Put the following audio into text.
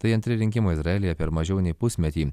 tai antri rinkimai izraelyje per mažiau nei pusmetį